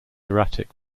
erratic